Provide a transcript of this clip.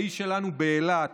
האיש שלנו באילת,